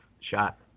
shot